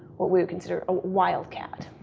what we would consider, a wild cat.